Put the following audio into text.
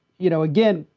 you know, again,